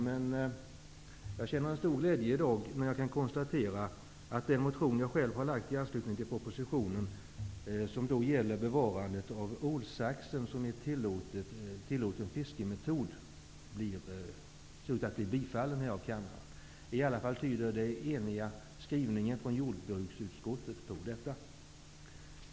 Jag känner i dag en stor glädje då jag kan konstatera att den motion som jag själv har lagt i anslutning till propositionen, som gäller bevarandet av ålsaxen som en tillåten fiskemetod, ser ut att bifallas av kammaren. I alla fall tyder den eniga skrivningen från jordbruksutskottet på detta.